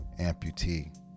amputee